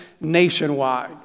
nationwide